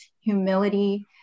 humility